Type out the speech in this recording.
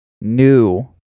new